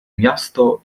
miasto